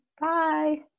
Bye